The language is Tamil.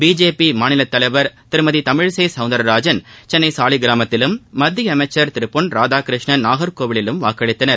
பிஜேபி மாநில தலைவர் திருமதி தமிழிசை சவுந்திரராஜன் சென்னை சாலிகிராமத்திலும் மத்திய அமைச்ச் திரு பொன் ராதாகிருஷ்ணன் நாகர்கோவிலிலும் வாக்களித்தனர்